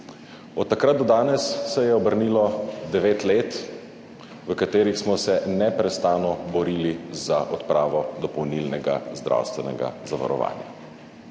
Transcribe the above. Od takrat do danes se je obrnilo 9 let, v katerih smo se neprestano borili za odpravo dopolnilnega zdravstvenega zavarovanja.